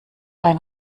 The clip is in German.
ein